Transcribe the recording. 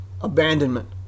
abandonment